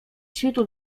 świtu